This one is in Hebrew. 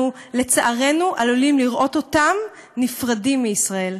אנחנו לצערנו עלולים לראות אותם נפרדים מישראל,